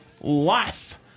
life